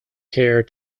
care